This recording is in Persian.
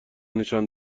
نشان